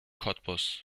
cottbus